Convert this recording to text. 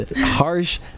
harsh